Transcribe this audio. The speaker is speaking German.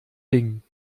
ding